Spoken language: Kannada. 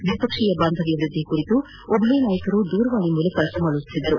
ದ್ವಿಪಕ್ಷೀಯ ಬಾಂಧವ್ಯ ವೃದ್ಧಿ ಕುರಿತು ಇಬ್ಬರು ನಾಯಕರು ದೂರವಾಣಿ ಮೂಲಕ ಸಮಾಲೋಚನೆ ನಡೆಸಿದರು